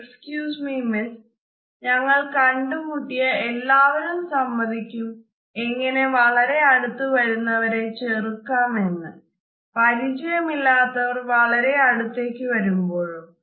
excuse me miss ഞങ്ങൾ കണ്ടുമുട്ടിയ എല്ലാവരും സമ്മതിക്കും എങ്ങനെ വളരെ അടുത്തു വരുന്നവരെ ചെറുക്കാം എന്ന് പരിചയമില്ലാത്തവർ വളരെ അടുത്തേക്കു വരുമ്പോഴോ